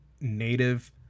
native